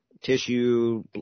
tissue